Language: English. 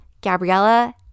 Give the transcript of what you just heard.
Gabriella